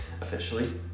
officially